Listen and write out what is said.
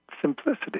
simplicity